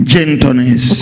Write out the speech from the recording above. Gentleness